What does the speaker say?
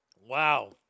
Wow